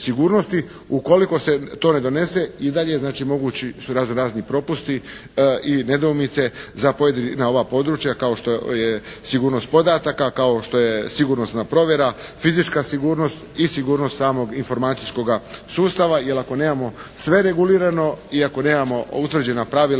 Ukoliko se to ne donese i dalje znači mogući su razno razni propusti i nedoumice za pojedina ova područja kao što je sigurnost podataka, kao što je sigurnosna provjera, fizička sigurnost i sigurnost samog informacijskoga sustava jer ako nemamo sve regulirano i ako nemamo utvrđena pravila